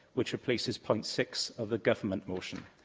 which replaces point six of the government motion.